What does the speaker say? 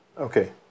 Okay